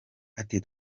ati